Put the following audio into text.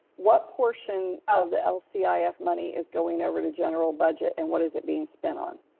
what portion of the lcif money is going over to general budget and what is it being spent on?